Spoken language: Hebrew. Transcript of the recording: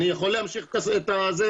אני רוצה לשאול את הפרקליטות: